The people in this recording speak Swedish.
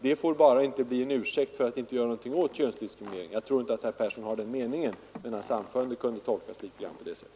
Men detta får inte bli en ursäkt för att inte göra någonting åt könsdiskrimineringen. Jag tror visserligen inte att herr Persson har den meningen, men hans anförande kunde lätt tolkas på det sättet.